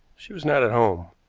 she was not at home.